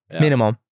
minimum